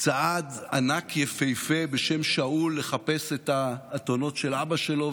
צעד ענק יפהפה בשם שאול לחפש את האתונות של אבא שלו,